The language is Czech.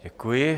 Děkuji.